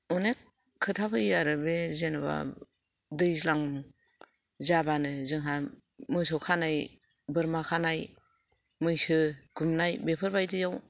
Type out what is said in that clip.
अनेक खोथा फैयो आरो बे जेन'बा दैज्लां जाबानो जोंहा मोसौ खानाय बोरमा खानाय मैसो गुमनाय बेफोर बादियाव